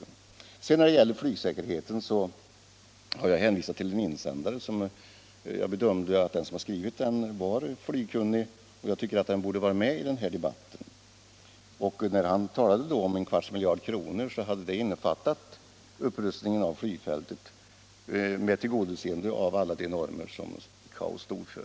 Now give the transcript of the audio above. När det gäller flygsäkerheten har jag hänvisat till en insändare. Jag bedömde det så att den person som hade skrivit denna var flygkunnig, och när han talade om en kvarts miljard kronor innefattade det upprustningen av flygfältet med tillgodoseende av de normer som ICAO uppställer.